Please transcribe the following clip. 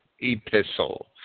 epistle